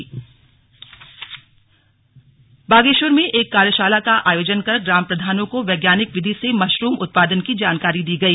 slug mushroom कार्यशाला बागेश्वर में एक कार्यशाला का आयोजन कर ग्राम प्रधानों को वैज्ञानिक विधि से मशरूम उत्पादन की जानकारी दी गई